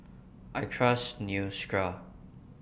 I Trust Neostrata